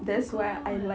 oh my god